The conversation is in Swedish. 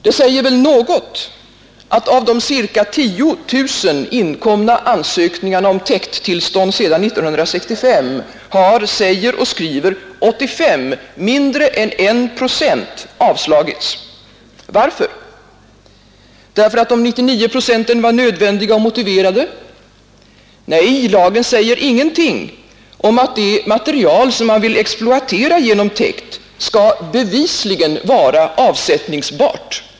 Det säger väl något att av de ca 10 000 inkomna ansökningarna om täkttillstånd sedan 1965 har — säger och skriver — 85, dvs. mindre än 1 procent, avslagits. Varför? Därför att de 99 procenten var nödvändiga och motiverade? Nej, lagen säger ingenting om att det material som man vill exploatera genom täkt skall bevisligen vara avsättningsbart.